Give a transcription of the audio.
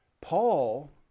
Paul